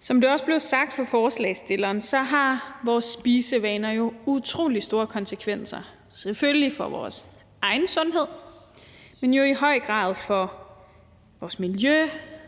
Som det også blev sagt af ordføreren for forslagsstillerne, har vores spisevaner jo utrolig store konsekvenser selvfølgelig for vores egen sundhed, men jo i høj grad også for vores miljø,